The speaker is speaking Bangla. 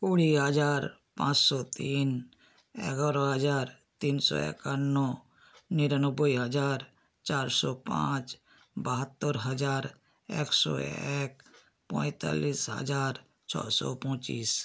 কুড়ি হাজার পাঁচশো তিন এগারো হাজার তিনশো একান্ন নিরানব্বই হাজার চারশো পাঁচ বাহাত্তর হাজার একশো এক পঁয়তাল্লিশ হাজার ছশো পঁচিশ